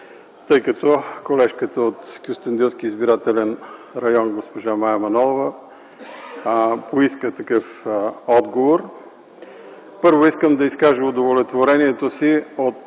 тъй като колежката от Кюстендилския избирателен район госпожа Мая Манолова поиска такъв отговор. Първо, искам да изкажа удовлетворението си от